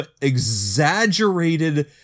exaggerated